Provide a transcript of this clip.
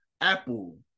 apple